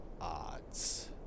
odds